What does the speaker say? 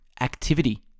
activity